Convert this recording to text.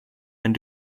and